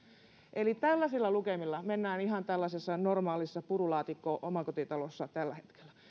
eli tällaisilla lukemilla mennään ihan tällaisessa normaalissa purulaatikko omakotitalossa tällä hetkellä